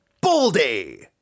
Baldy